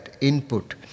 input